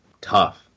tough